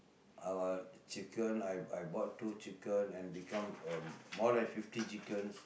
I got chicken I bought two chicken then become a more than fifty chickens